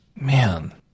Man